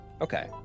okay